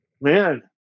man